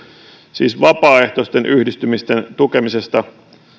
siis vapaaehtoisten yhdistymisten tukemista